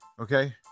Okay